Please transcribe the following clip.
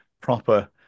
proper